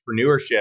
entrepreneurship